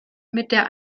der